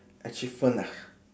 achievement ah